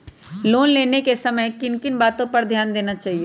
Loan लेने के समय किन किन वातो पर ध्यान देना चाहिए?